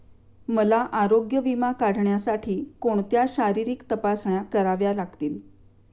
मला आरोग्य विमा काढण्यासाठी कोणत्या शारीरिक तपासण्या कराव्या लागतील?